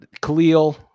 Khalil